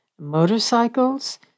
motorcycles